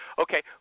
Okay